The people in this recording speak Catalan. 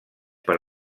per